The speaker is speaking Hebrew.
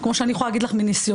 כמו שאני יכולה להגיד לך מניסיוני,